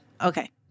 Okay